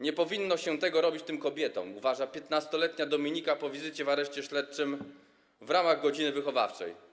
Nie powinno się tego robić tym kobietom, stwierdza 15-letnia Dominika po wizycie w areszcie śledczym w ramach godziny wychowawczej.